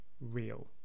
real